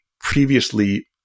previously